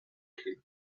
hidden